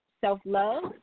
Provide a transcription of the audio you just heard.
self-love